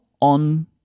on